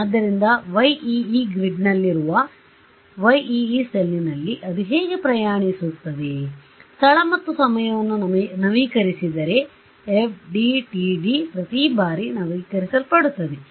ಆದ್ದರಿಂದYee ಗ್ರಿಡ್ನಲ್ಲಿರುವ Yee ಸೆಲ್ನಲ್ಲಿ ಅದು ಹೇಗೆ ಪ್ರಯಾಣಿಸುತ್ತಿದೆ ಸ್ಥಳ ಮತ್ತು ಸಮಯವನ್ನು ನವೀಕರಿಸಿದರೆ FDTD ಪ್ರತಿ ಬಾರಿ ನವೀಕರಿಸಲ್ಪಡುತ್ತದೆ